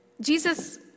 Jesus